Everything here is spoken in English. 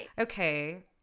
okay